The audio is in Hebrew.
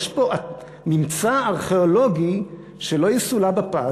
יש פה ממצא ארכיאולוגי שלא יסולא בפז,